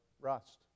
rust